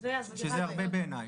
שזה הרבה בעינייך.